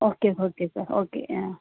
okay okay sir okay ah